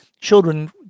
children